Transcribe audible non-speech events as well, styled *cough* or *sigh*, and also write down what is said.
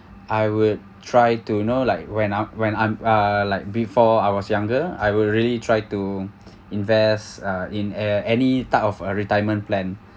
I would try to you know like when I'm when I'm uh like before I was younger I will really try to *noise* invest in uh any type of uh retirement plan